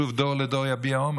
שוב, "דור לדור יביע אומר".